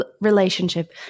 relationship